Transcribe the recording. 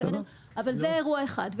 אבל זה אירוע אחד,